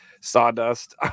sawdust